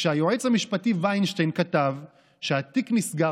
היועץ המשפטי וינשטיין כתב שהתיק נסגר